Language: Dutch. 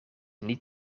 niet